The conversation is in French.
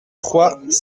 trois